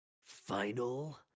Final